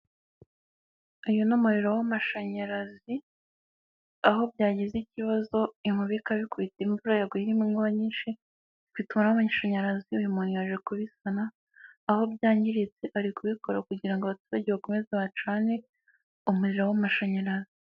Uyu n'umuriro w'amashanyarazi. Aho byagize ikibazo, inkuba ikabikubita, imvura yaguye irimo inkuba nyinshi. Bitwara amashanyarazi uyu muntu yaje kubisana, aho byangiritse ari kubikora kugira ngo abaturage bakomeze bacane, umuriro w'amashanyarazi.